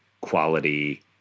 quality